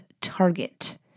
target